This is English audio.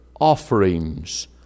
offerings